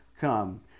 come